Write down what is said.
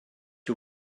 you